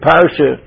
Parsha